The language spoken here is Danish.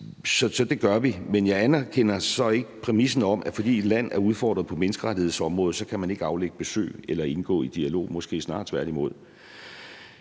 Så det gør vi. Men jeg anerkender så ikke præmissen om, at fordi et land er udfordret på menneskerettighedsområdet, kan man ikke aflægge besøg eller indgå i dialog – måske snarere tværtimod.